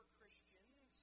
Christians